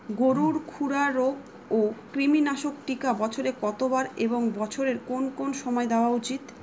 গরুর খুরা রোগ ও কৃমিনাশক টিকা বছরে কতবার এবং বছরের কোন কোন সময় দেওয়া উচিৎ?